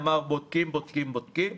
אמר בודקים, בודקים, בודקים.